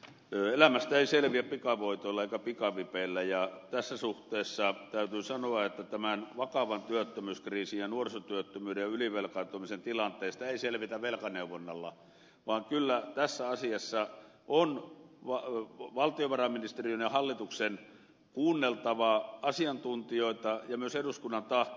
elämästä ei selviä pikavoitoilla eikä pikavipeillä ja tässä suhteessa täytyy sanoa että tämän vakavan työttömyyskriisin ja nuorisotyöttömyyden ja ylivelkaantumisen tilanteesta ei selvitä velkaneuvonnalla vaan kyllä tässä asiassa on valtiovarainministeriön ja hallituksen kuunneltava asiantuntijoita ja myös eduskunnan tahtoa